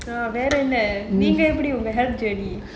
வேற என்ன நீங்க எப்படி உங்க:vera enna neenga eppadi unga health journey